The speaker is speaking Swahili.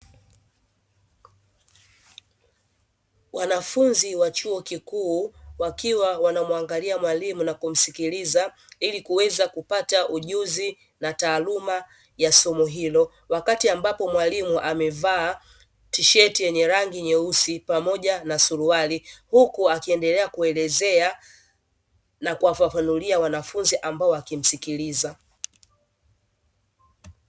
Wanafunzi wa chuo kikuu wakiwa wanamuangalia mwalimu na kumsikiliza ilikuweza kupata ujuzi na taaluma ya somo hilo, wakati ambapo mwalimu amevaa tisheti yenye rangi nyeusi pamoja na suruali, huku akiendelea kuelezea na kuwafafanulia wanafunzi ambao wakimsikiliza.